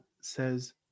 says